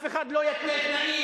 אף אחד לא יתנה תנאים.